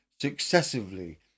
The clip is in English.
successively